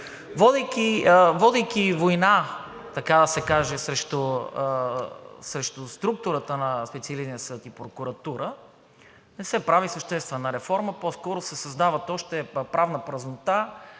Водейки война, така да се каже, срещу структурата на Специализирания съд и прокуратура, не се прави съществена реформа, по-скоро се създава още правна празнота